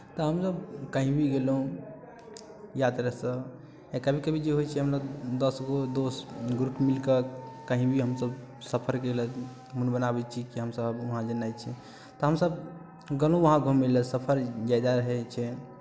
तऽ हमसभ कहीँ भी गेलहुँ यात्रासँ या कभी कभी जे होइ छै हमसभ दस गो दोस्त ग्रुप मिलि कऽ कहीँ भी हमसभ सफरके लेल मन बनाबै छी कि हमसभ वहाँ जेनाइ छै तऽ हमसभ गेलहुँ वहाँ घूमै लेल सफर ज्यादा रहै छै